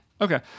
Okay